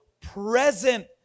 present